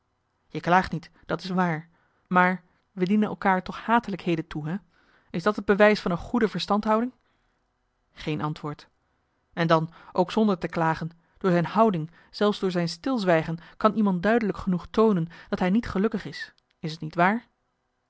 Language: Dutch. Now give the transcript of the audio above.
je klaagt niet dat is waar maar we dienen elkaar toch hatelijkheden toe hè is dat het bewijs van een goede verstandhouding geen antwoord en dan ook zonder te klagen door zijn houding zelfs door zijn stilzwijgen kan iemand duidelijk genoeg toonen dat hij niet gelukkig is is t niet waar